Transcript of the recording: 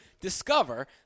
Discover